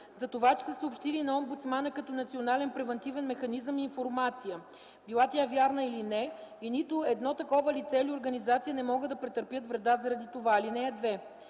за това че са съобщили на омбудсмана като Национален превантивен механизъм информация, била тя вярна или не, и нито едно такова лице или организация не могат да претърпят вреда заради това. (2) Поверителна